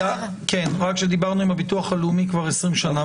כן, רק שדיברנו עם הביטוח הלאומי כבר 20 שנה.